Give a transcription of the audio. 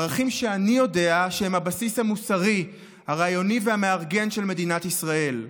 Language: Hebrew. ערכים שאני יודע שהם הבסיס המוסרי הרעיוני והמארגן של מדינת ישראל,